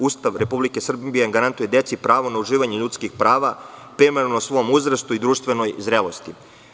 Ustav Republike Srbije garantuje deci pravo na uživanje ljudskih prava primereno svom uzrastu i društvenoj zrelosti.